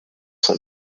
son